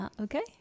Okay